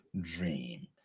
dream